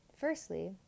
firstly